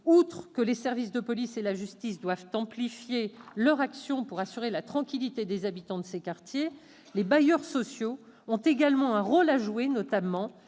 Outre que les services de police et la justice doivent amplifier leurs actions pour assurer la tranquillité des habitants dans ces quartiers, les bailleurs sociaux ont eux aussi un rôle à jouer, notamment